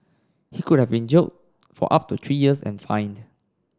he could have been jailed for up to three years and fined